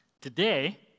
Today